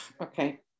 Okay